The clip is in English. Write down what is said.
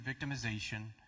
victimization